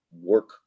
work